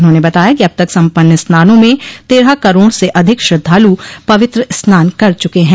उन्होंने बताया कि अब तक सम्पन्न स्नानों में तेरह करोड़ से अधिक श्रद्धालु पवित्र स्नान कर चुके हैं